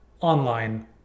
online